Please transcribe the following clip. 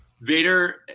Vader